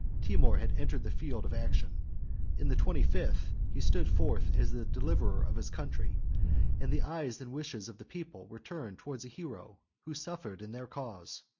timour had entered the field of action in the twenty-fifth he stood forth as the deliverer of his country and the eyes and wishes of the people were turned towards a hero who suffered in their cause.